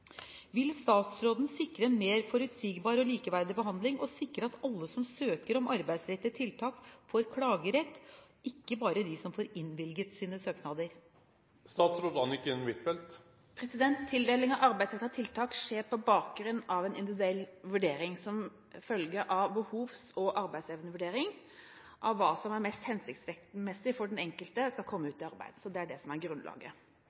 Vil statsråden sikre en mer forutsigbar og likeverdig behandling og sikre at alle som søker om arbeidsrettet tiltak, får klagerett, ikke bare de som får innvilget sin søknad?» Tildeling av arbeidsrettet tiltak skjer på bakgrunn av en individuell vurdering som følge av behovs- og arbeidsevnevurdering av hva som er mest hensiktsmessig for at den enkelte skal komme ut i arbeid. Det er det som er grunnlaget.